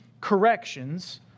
corrections